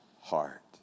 heart